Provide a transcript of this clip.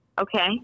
Okay